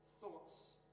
thoughts